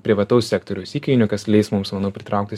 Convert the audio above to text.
privataus sektoriaus įkainių kas leis mums manau pritraukti